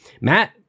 Matt